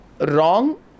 wrong